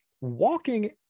walking